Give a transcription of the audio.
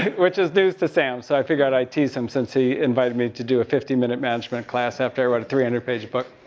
which is news to sam, so i'd figure out i'd tease him since he invited me to a do a fifty minute management class, after i wrote a three hundred page book.